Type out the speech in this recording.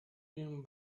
been